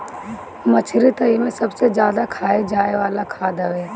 मछरी तअ एमे सबसे ज्यादा खाए जाए वाला खाद्य हवे